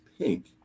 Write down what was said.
pink